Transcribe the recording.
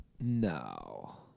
No